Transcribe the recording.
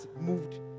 moved